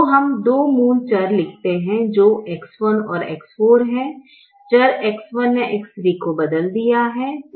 तो हम दो मूल चर लिखते हैं जो X1 और X4 हैं चर X1 ने X3 को बदल दिया है